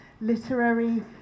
literary